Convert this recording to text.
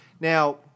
Now